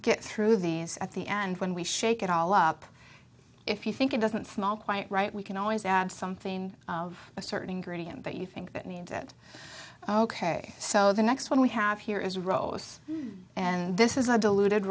these at the end when we shake it all up if you think it doesn't smile quite right we can always add something of a certain ingredients that you think that means it ok so the next one we have here is rollers and this is a deluded